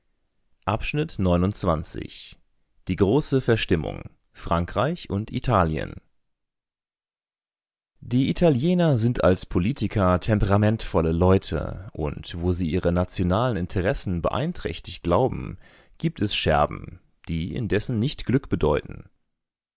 volks-zeitung die große verstimmung frankreich und italien die italiener sind als politiker temperamentvolle leute und wo sie ihre nationalen interessen beeinträchtigt glauben gibt es scherben die indessen nicht glück bedeuten